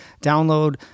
download